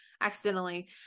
accidentally